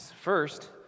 First